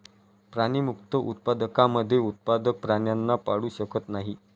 प्राणीमुक्त उत्पादकांमध्ये उत्पादक प्राण्यांना पाळू शकत नाही